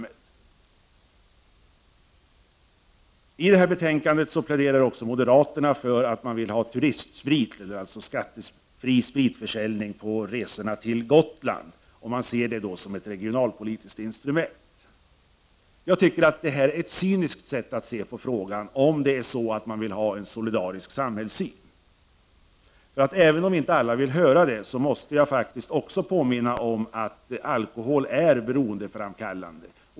I en reservation till betänkandet pläderar moderaterna för skattefri spritförsäljning i färjetrafiken till Gotland. Man ser denna åtgärd som ett regionalpolitiskt instrument. Jag anser att detta sätt att se på frågan är cyniskt om man har en solidarisk samhällssyn. Även om alla inte vill höra det, måste jag påminna om att alkohol är beroendeframkallande.